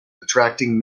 attracting